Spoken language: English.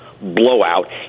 blowout